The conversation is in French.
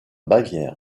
bavière